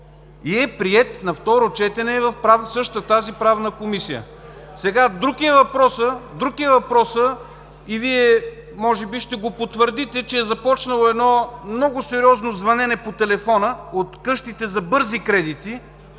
И е приет на второ четене в същата тази Правна комисия! Друг е въпросът и Вие може би ще го потвърдите, че е започнало едно много сериозно звънене по телефона от къщите за бързи кредити,